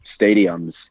stadiums